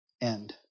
end